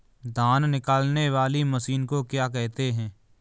धान निकालने वाली मशीन को क्या कहते हैं?